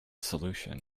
solution